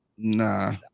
Nah